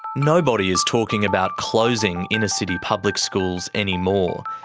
nobody is talking about closing inner-city public schools anymore.